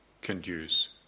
conduce